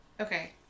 Okay